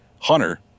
hunter